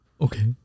Okay